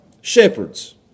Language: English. shepherds